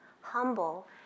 humble